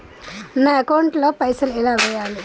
నా అకౌంట్ ల పైసల్ ఎలా వేయాలి?